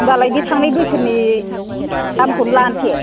होमब्लालाय बे थांनाय बोसोरनि दामखौनो लानोसै